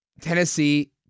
Tennessee